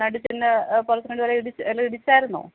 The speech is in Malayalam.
നടുചെന്ന് കുളത്തിനുള്ളിൽ വല്ലതും ഇടിച്ചായിരുന്നോ